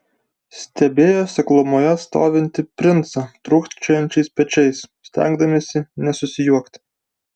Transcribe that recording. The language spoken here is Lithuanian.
stebėjo seklumoje stovintį princą trūkčiojančiais veidais stengdamiesi nesusijuokti